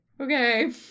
okay